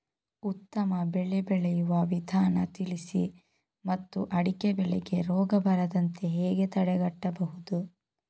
ಉತ್ತಮ ಬೆಳೆ ಬೆಳೆಯುವ ವಿಧಾನ ತಿಳಿಸಿ ಮತ್ತು ಅಡಿಕೆ ಬೆಳೆಗೆ ರೋಗ ಬರದಂತೆ ಹೇಗೆ ತಡೆಗಟ್ಟಬಹುದು?